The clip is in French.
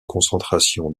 concentration